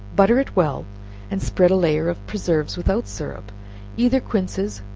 butter it well and spread a layer of preserves, without syrup either quinces,